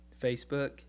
Facebook